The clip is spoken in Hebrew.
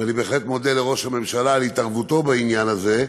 ואני בהחלט מודה לראש הממשלה על התערבותו בעניין הזה,